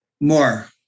more